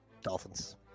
Dolphins